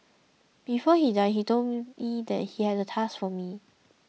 before he died he told me that he had a task for me